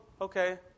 okay